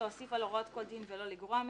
להוסיף על הוראות כל דין ולא לגרוע מהן.